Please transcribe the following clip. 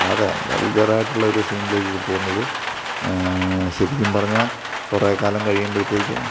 അല്ലാതെ വൾഗറായിട്ടുള്ള ഒരു സീനിലേക്ക് പോകുന്നത് ശരിക്കും പറഞ്ഞ കുറേ കാലം കഴിയുമ്പോഴത്തേക്ക്